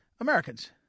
Americans